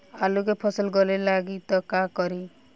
आलू के फ़सल गले लागी त का करी?